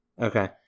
Okay